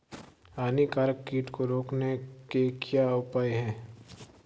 हानिकारक कीट को रोकने के क्या उपाय हैं?